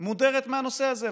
מודרת מהנושא הזה.